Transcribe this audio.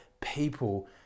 people